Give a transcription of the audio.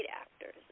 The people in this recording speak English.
actors